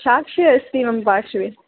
साक्षी अस्ति मम पार्श्वे